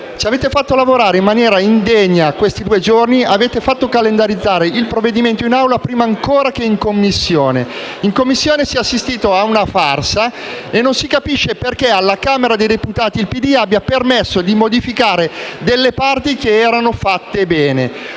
Ci avete fatto lavorare in maniera indegna negli ultimi due giorni; avete fatto calendarizzare il provvedimento in Assemblea prima ancora che in Commissione, dove si è assistito a una farsa. Non si capisce perché alla Camera dei deputati il PD abbia permesso di modificare delle parti che erano fatte bene.